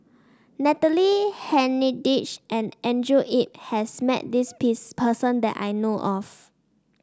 Natalie Hennedige and Andrew Yip has met this piss person that I know of